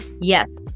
yes